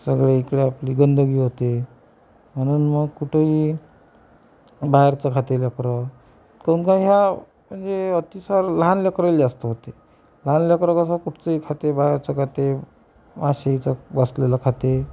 सगळीकडं आपली गंदगी होते म्हणून मग कुठंही बाहेरचं खाते लेकरं काहून का ह्या म्हणजे अतिसार लहान लेकराला जास्त होते लहान लेकरं कसं कुठचंही खाते बाहेरचं खाते माशीचं बसलेलं खाते